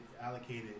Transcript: allocated